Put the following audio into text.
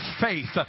faith